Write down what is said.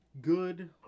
good